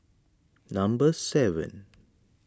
number seven